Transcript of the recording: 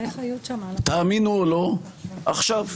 תאמינו או לא, עכשיו.